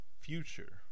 Future